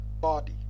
Body